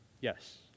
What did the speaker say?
Yes